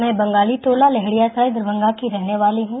मैं बंगाली तोला लहरियासराय दरभंगा की रहने वाली हूं